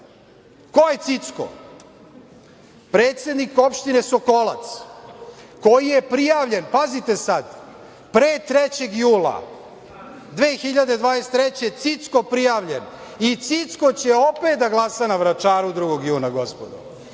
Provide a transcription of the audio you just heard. Ko je Cicko? Predsednik Opštine Sokolac koji je prijavljen, pazite sad, pre 3. jula 2023. godine Cicko prijavljen i Cicko će opet da glasa na Vračaru 2. juna, gospodo.